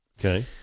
Okay